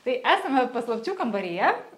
tai esame paslapčių kambaryje